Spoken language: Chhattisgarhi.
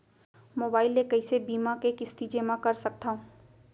मोबाइल ले कइसे बीमा के किस्ती जेमा कर सकथव?